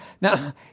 Now